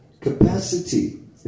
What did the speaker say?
capacity